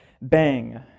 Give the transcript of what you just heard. Bang